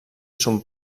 son